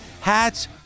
hats